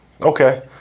Okay